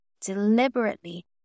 deliberately